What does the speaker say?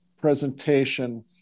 presentation